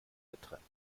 getrennt